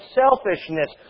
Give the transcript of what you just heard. selfishness